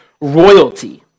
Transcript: royalty